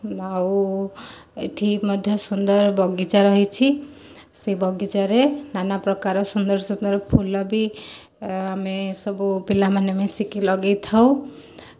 ଆଉ ଏଠି ମଧ୍ୟ ସୁନ୍ଦର ବଗିଚା ରହିଛି ସେ ବଗିଚାରେ ନାନା ପ୍ରକାର ସୁନ୍ଦର ସୁନ୍ଦର ଫୁଲ ବି ଆମେ ସବୁ ପିଲା ମାନେ ମିଶିକି ଲଗେଇଥାଉ